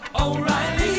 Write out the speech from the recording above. O'Reilly